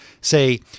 say